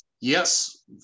Yes